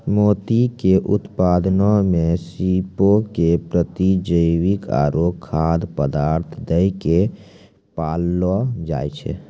मोती के उत्पादनो मे सीपो के प्रतिजैविक आरु खाद्य पदार्थ दै के पाललो जाय छै